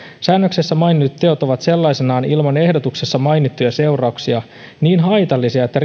säännöksessä mainitut teot ovat sellaisenaan ilman ehdotuksessa mainittuja seurauksia niin haitallisia että